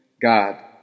God